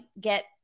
get